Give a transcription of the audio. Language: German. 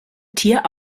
tier